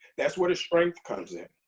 that's where the strength comes in.